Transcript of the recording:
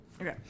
Okay